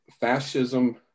fascism